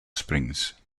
springs